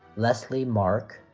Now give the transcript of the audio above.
leslie mark,